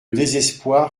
désespoir